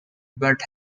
but